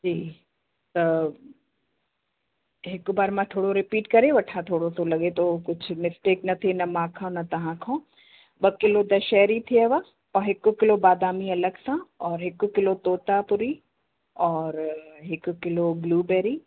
जी त हिक बार मां थोरो रिपीट करे वठां थोरो सो लॻे थो कुझु मिस्टेक न थिए न मूंखां न तव्हांखां ॿ किलो दशहरी थियव और हिक किलो बादामी अलॻि सां और हिक किलो तोतापुरी और हिक किलो ब्लूबेरी